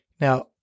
Now